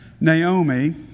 Naomi